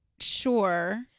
sure